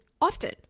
often